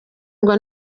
ngo